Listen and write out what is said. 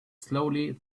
slowly